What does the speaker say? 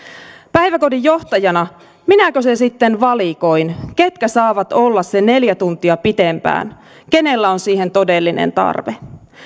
päiväkodin johtajana minäkö se sitten valikoin ketkä saavat olla sen neljä tuntia pitempään kenellä on siihen todellinen tarve